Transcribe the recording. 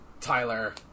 Tyler